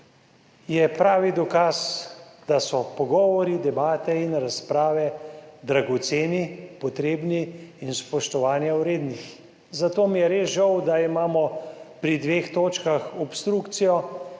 je pravi dokaz, da so pogovori, debate in razprave dragoceni, potrebni in spoštovanja vrednih, zato mi je res žal, da imamo pri dveh točkah obstrukcijo,